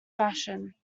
fashion